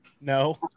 No